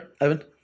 evan